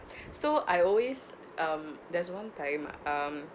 so I always um there's one time um